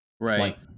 right